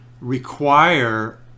require